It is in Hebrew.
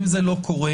אם זה לא קורה,